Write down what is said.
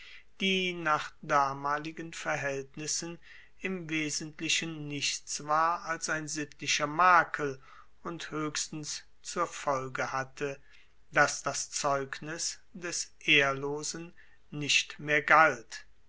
die nach damaligen verhaeltnissen im wesentlichen nichts war als ein sittlicher makel und hoechstens zur folge hatte dass das zeugnis des ehrlosen nicht mehr galt